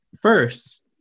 first